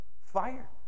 fire